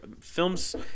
films